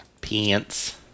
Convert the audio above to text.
Pants